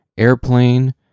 airplane